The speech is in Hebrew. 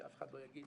כדי שאף אחד לא יגיד,